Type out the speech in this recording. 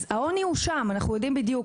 העוני הוא שם, אנחנו יודעים בדיוק.